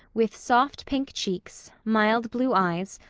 with soft pink cheeks, mild blue eyes,